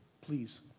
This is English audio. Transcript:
Please